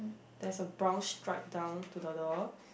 there is a brown stripe down to the door